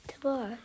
tomorrow